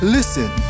Listen